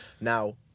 Now